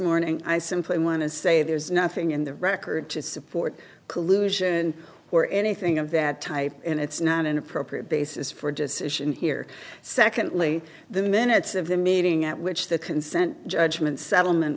morning i simply want to say there's nothing in the record to support collusion or anything of that type and it's not an appropriate basis for decision here secondly the minutes of the meeting at which the consent judgment settlement